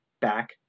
back